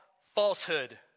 falsehood